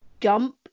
jump